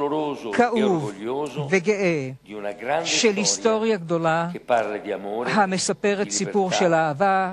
כאוב וגאה של היסטוריה גדולה המספרת סיפור של אהבה,